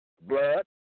blood